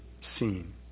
seen